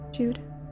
Jude